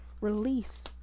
release